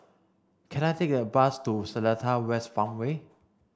can I take a bus to Seletar West Farmway